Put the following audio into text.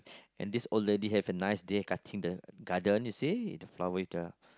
and this old lady have a nice dear cutting the garden you see the flower with the